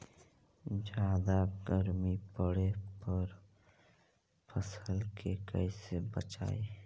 जादा गर्मी पड़े पर फसल के कैसे बचाई?